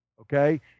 okay